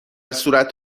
صورت